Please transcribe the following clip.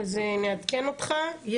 אז נעדכן אותך: